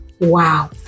wow